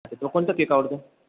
अच्छा तुला कोणतं केक आवडते